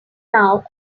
now